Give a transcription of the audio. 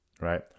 right